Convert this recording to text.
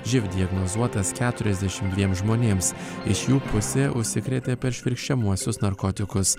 živ diagnozuotas keturiasdešim dviem žmonėms iš jų pusė užsikrėtė per švirkščiamuosius narkotikus